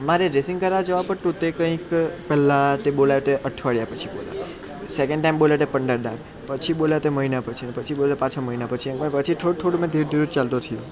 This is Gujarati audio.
મારે ડ્રેસિંગ કરાવવા જવું પડતું તે કંઈક પેલા તે બોલાવે તે અઠવાડિયા પછી બોલાવે સેકન્ડ ટાઈમ બોલાવે તે પંદર દહાડે પછી બોલાવ્યો તે મહિના પછી ને પછી બોલાવ્યો પાછો મહિના પછી એમ કરી થોડું થોડું મેં ધીરે ધીરે ચાલતો થયો